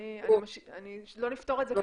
אבל אני כן יכולה לעודד את היבואנים להביא לכאן רכבים